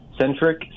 centric